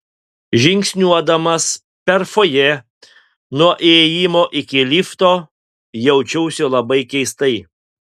žingsniuodamas per fojė nuo įėjimo iki lifto jaučiausi labai keistai